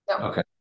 Okay